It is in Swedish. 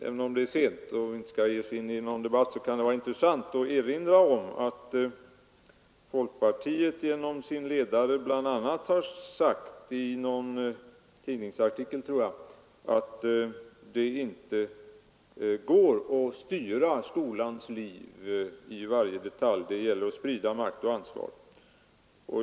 Även om det är sent och vi kanske inte bör ge oss in i någon debatt, kan det vara intressant att erinra om att folkpartiet genom sin ledare bl.a. har sagt — jag tror det var i någon tidningsartikel — att det inte går att styra skolans liv i varje detalj utan att det gäller att sprida makt och ansvar.